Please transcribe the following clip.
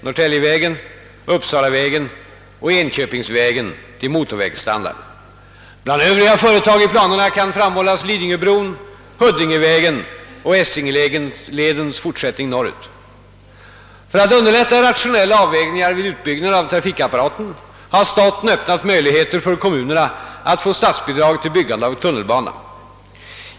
Norrtäljevägen, Uppsalavägen och Enköpingsvägen till motorvägsstandard. Bland övriga företag i planerna kan framhållas Lidingöbron, Huddingevägen För att underlätta rationella avvägningar vid utbyggnad av trafikapparaten har staten öppnat möjligheter för kommunerna att få statsbidrag till byggande av tunnelbana.